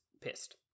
pissed